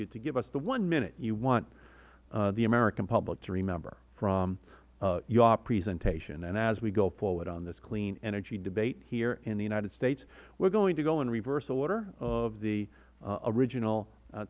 you to give us the one minute you want the american public to remember from your presentation as we go forward on this clean energy debate here in the united states we are going to go in reverse order of the original